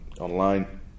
online